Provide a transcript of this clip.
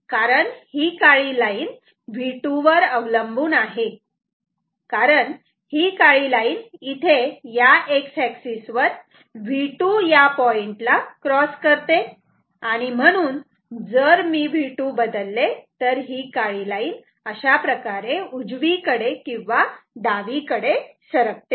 कारण ही काळी लाईन V2 वर अवलंबून आहे कारण ही काळी लाईन इथे या X एक्सिस वर V2 या पॉइंटला क्रॉस करते आणि म्हणून जर मी V2 बदलले तर हि काळी लाईन अशाप्रकारे उजवीकडे किंवा डावीकडे सरकते